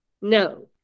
No